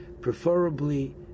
preferably